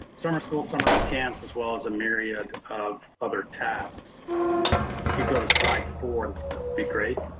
summer school, summer camps, as well as a myriad of other tasks. um if we could go to slide four that would be great.